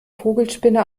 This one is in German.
vogelspinne